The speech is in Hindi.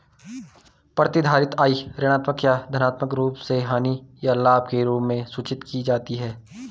प्रतिधारित आय ऋणात्मक या धनात्मक रूप से हानि या लाभ के रूप में सूचित की जाती है